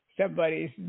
somebody's